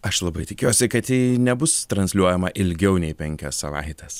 aš labai tikiuosi kad ji nebus transliuojama ilgiau nei penkias savaites